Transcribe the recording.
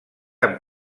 amb